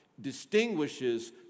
distinguishes